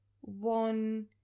one